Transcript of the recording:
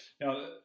Now